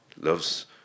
loves